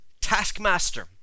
taskmaster